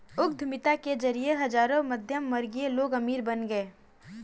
उद्यमिता के जरिए हजारों मध्यमवर्गीय लोग अमीर बन गए